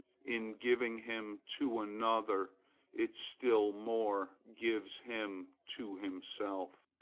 in giving him to another it still more gives him to himself.